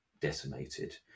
decimated